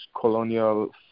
colonial